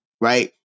right